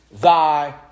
thy